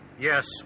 Yes